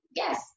yes